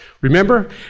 Remember